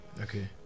Okay